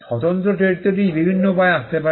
স্বতন্ত্র চরিত্রটি বিভিন্ন উপায়ে আসতে পারে